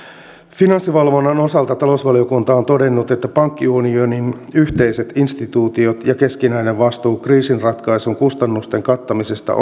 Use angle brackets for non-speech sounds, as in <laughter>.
finanssivalvonnan osalta talousvaliokunta on todennut että pankkiunionin yhteiset instituutiot ja keskinäinen vastuu kriisinratkaisun kustannusten kattamisesta <unintelligible>